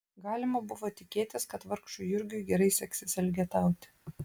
galima buvo tikėtis kad vargšui jurgiui gerai seksis elgetauti